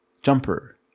jumper